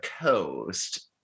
coast